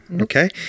Okay